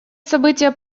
события